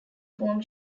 form